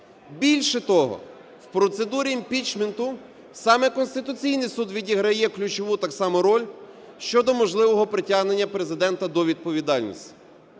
Більше того, в процедурі імпічменту саме Конституційний Суд відіграє ключову так само роль щодо можливого притягнення Президента до відповідальності.